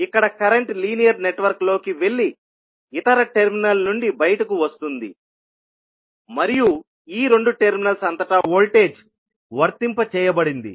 ఇక్కడ current linear network లోకి వెళ్లి ఇతర టెర్మినల్ నుండి బయటకు వస్తుంది మరియు ఈ రెండు టెర్మినల్స్ అంతటా వోల్టేజ్ వర్తింప చేయబడింది